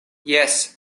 jes